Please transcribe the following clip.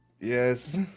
Yes